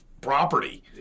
property